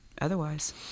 otherwise